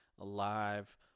alive